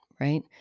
right